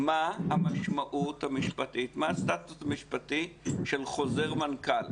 מה הסטטוס המשפטי של חוזר מנכ"ל.